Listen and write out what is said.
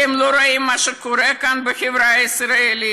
אתם לא רואים מה שקורה כאן בחברה הישראלית?